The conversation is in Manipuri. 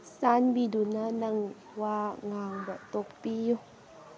ꯆꯥꯟꯕꯤꯗꯨꯅ ꯅꯪ ꯋꯥ ꯉꯥꯡꯕ ꯇꯣꯛꯄꯤꯌꯨ